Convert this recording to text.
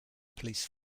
police